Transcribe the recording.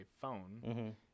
phone